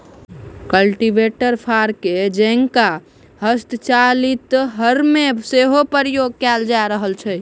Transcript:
cultivator फार के जेंका हस्तचालित हर मे सेहो प्रयोग कयल जा रहल अछि